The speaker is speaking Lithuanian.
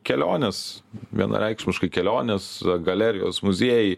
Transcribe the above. kelionės vienareikšmiškai kelionės galerijos muziejai